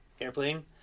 airplane